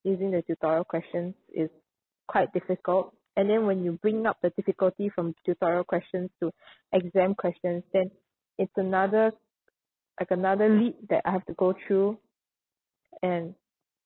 using the tutorial questions is quite difficult and then when you bring up the difficulty from tutorial questions to exam questions then it's another like another leap that I have to go through and